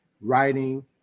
writing